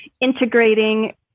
integrating